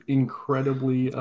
incredibly